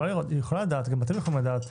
גם אתם יכולים לדעת,